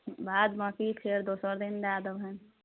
बाद बाँकी फेर दोसर दिन दए देबनि